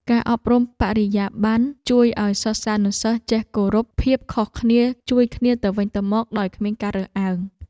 ការអប់រំបរិយាបន្នជួយឱ្យសិស្សានុសិស្សចេះគោរពភាពខុសគ្នាជួយគ្នាទៅវិញទៅមកដោយគ្មានការរើសអើង។